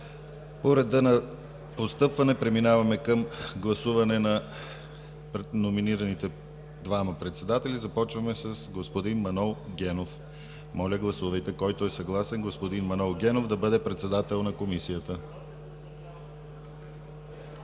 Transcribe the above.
По реда на постъпване преминаваме към гласуване на номинираните двама председатели и започваме с господин Манол Генов. Моля, гласувайте предложението господин Манол Генов да бъде председател на Комисията.